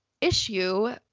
issue